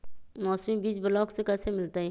मौसमी बीज ब्लॉक से कैसे मिलताई?